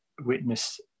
witness